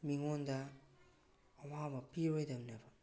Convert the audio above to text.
ꯃꯤꯉꯣꯟꯗ ꯑꯋꯥꯕ ꯄꯤꯔꯣꯏꯗꯕꯅꯦꯕ